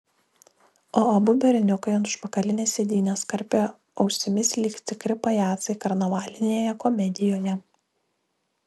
o abu berniukai ant užpakalinės sėdynės karpė ausimis lyg tikri pajacai karnavalinėje komedijoje